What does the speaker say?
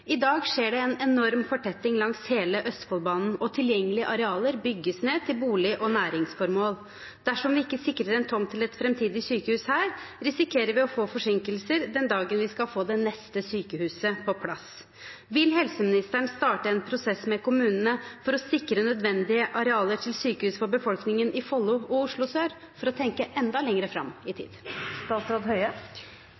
I dag skjer det en enorm fortetting langs hele Østfoldbanen, og tilgjengelige arealer bygges ned til bolig- og næringsformål. Dersom vi ikke sikrer en tomt til et framtidig sykehus her, risikerer vi å få forsinkelser den dagen vi skal få det neste sykehuset på plass. Vil helseministeren starte en prosess med kommunene for å sikre nødvendige arealer til sykehus for befolkningen i Follo og Oslo sør – for å tenke enda lenger fram i